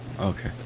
okay